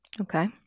Okay